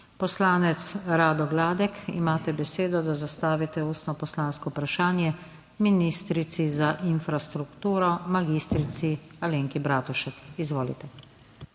Poslanec Rado Gladek, imate besedo, da zastavite ustno poslansko vprašanje ministrici za infrastrukturo mag. Alenki Bratušek. Izvolite.